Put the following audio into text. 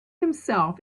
himself